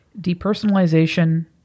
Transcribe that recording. depersonalization